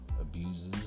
abuses